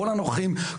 כל הנוכחים,